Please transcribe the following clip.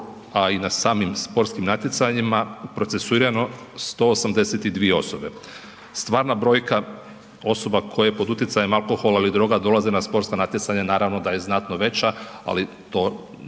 a i na samim sportskim natjecanjima procesuirano 182 osobe, stvarna brojka osoba koje pod utjecajem alkohola ili droga dolaze na sportska natjecanja naravno da je znatno veća, ali to nisu